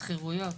שכירויות.